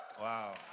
Wow